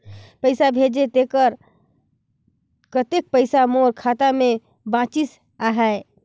पइसा भेजे तेकर कतेक पइसा मोर खाता मे बाचिस आहाय?